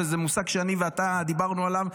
וזה מושג שאני ואתה דיברנו עליו.